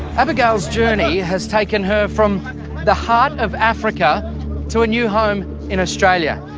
abigail's journey has taken her from the heart of africa to a new home in australia,